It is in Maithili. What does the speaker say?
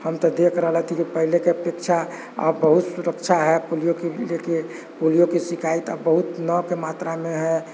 हम तऽ देख रहलति कि पहिनेके अपेक्षा आब बहुत सुरक्षा हए पोलियोके लऽ कऽ पोलियोके शिकायत आब बहुत न के मात्रामे हए